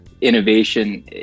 Innovation